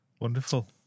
Wonderful